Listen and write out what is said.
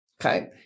okay